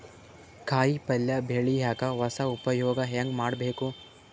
ಕಾಯಿ ಪಲ್ಯ ಬೆಳಿಯಕ ಹೊಸ ಉಪಯೊಗ ಹೆಂಗ ಮಾಡಬೇಕು?